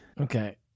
Okay